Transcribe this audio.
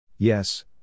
Yes